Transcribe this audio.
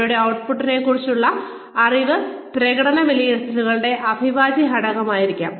അവരുടെ ഔട്ട്പുട്ടിനെക്കുറിച്ചുള്ള അറിവ് പ്രകടന വിലയിരുത്തലുകളുടെ അവിഭാജ്യ ഘടകമായിരിക്കണം